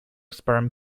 sperm